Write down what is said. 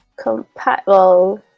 compatible